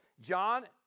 John